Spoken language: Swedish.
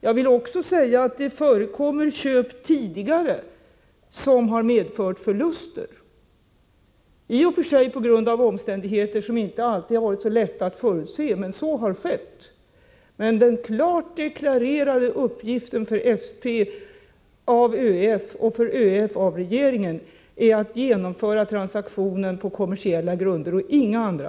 Jag vill också säga att det förekommit köp tidigare som har medfört förluster — i och för sig på grund av omständigheter som inte alltid har varit så lätta att förutse, men så har skett. regeringen, är att genomföra transaktionen på kommersiella grunder och = Nr 20 inga andra.